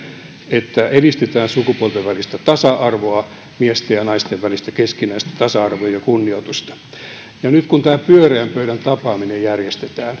että edistetään sukupuolten välistä tasa arvoa miesten ja naisten välistä keskinäistä tasa arvoa ja kunnioitusta nyt kun tämä pyöreän pöydän tapaaminen järjestetään